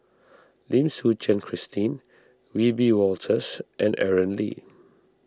Lim Suchen Christine Wiebe Wolters and Aaron Lee